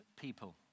people